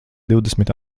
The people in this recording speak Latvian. divdesmit